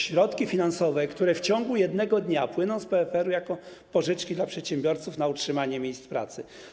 Środki finansowe, które w ciągu jednego dnia płyną z PFR-u jako pożyczki dla przedsiębiorców na utrzymanie miejsc pracy.